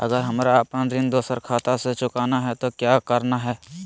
अगर हमरा अपन ऋण दोसर खाता से चुकाना है तो कि करना है?